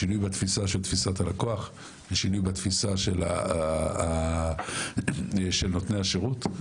בשינוי התפיסה של תפיסת הלקוח ושינוי בתפיסה של נותני השירות.